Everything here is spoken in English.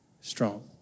strong